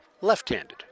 left-handed